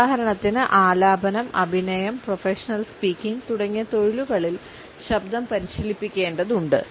ഉദാഹരണത്തിന് ആലാപനം അഭിനയം പ്രൊഫഷണൽ സ്പീക്കിംഗ് തുടങ്ങിയ തൊഴിലുകളിൽ ശബ്ദം പരിശീലിപ്പിക്കേണ്ടതുണ്ട്